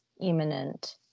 imminent